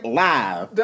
live